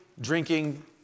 drinking